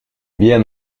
bien